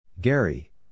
Gary